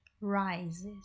...rises